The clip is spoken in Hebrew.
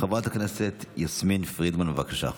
חברת הכנסת יסמין פרידמן, בבקשה.